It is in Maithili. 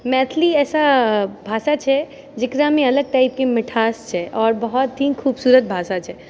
मैथिली ऐसा भाषा छै जेकरामे अलग तरह के मिठास छै आओर बहुत ही खूबसूरत भाषा छै